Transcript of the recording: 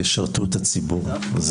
שישרתו את הציבור.